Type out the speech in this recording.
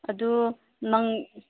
ꯑꯗꯨ ꯅꯪ